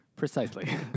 Precisely